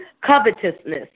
covetousness